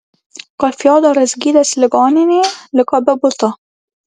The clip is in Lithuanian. kol fiodoras gydėsi ligoninėje liko be buto